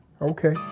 Okay